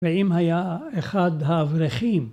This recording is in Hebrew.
ואם היה אחד האברכים